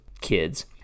kids